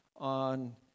on